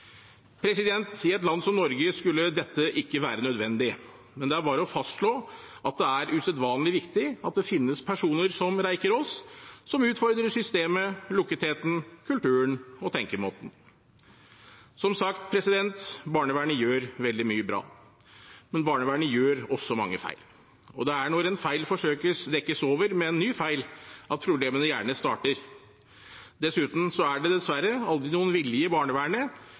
i Strasbourg. I et land som Norge skulle dette ikke være nødvendig, men det er bare å fastslå at det er usedvanlig viktig at det finnes personer som Reikerås, som utfordrer systemet, lukketheten, kulturen og tenkemåten. Som sagt: Barnevernet gjør veldig mye bra. Men barnevernet gjør også mange feil. Og det er når en feil blir forsøkt dekket over med en ny feil, at problemene gjerne starter. Dessuten er det aldri noen vilje i barnevernet